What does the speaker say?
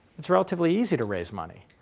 it's relatively easy to raise money.